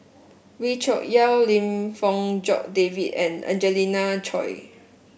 Wee Cho Yaw Lim Fong Jock David and Angelina Choy